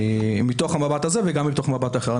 מתוך המבט הזה וגם מתוך מבט אחר.